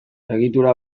egitura